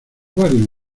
varios